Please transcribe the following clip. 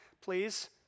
please